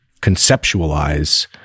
conceptualize